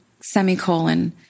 semicolon